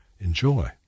enjoy